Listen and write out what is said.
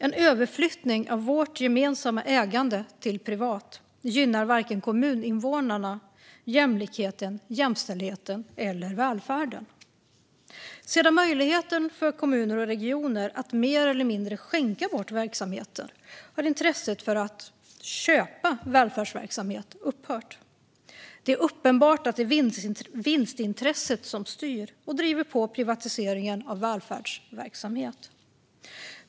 En överflyttning av vårt gemensamma ägande till privata aktörer gynnar varken kommuninvånarna, jämlikheten, jämställdheten eller välfärden. Sedan möjligheten infördes för kommuner och regioner att mer eller mindre skänka bort verksamheter har intresset för att "köpa" välfärdsverksamhet upphört. Det är uppenbart att det är vinstintresset som styr och driver på privatiseringen av välfärdsverksamhet.